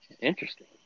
Interesting